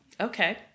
okay